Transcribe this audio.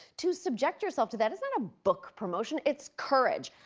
to subject yourself to that is not a book promotion. it's courage.